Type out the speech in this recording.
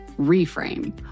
reframe